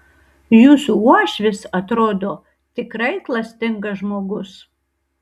jūsų uošvis atrodo tikrai klastingas žmogus